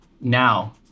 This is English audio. now